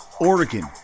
Oregon